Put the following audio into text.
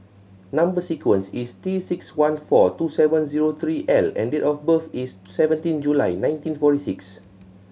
number sequence is T six one four two seven zero three L and date of birth is seventeen July nineteen forty six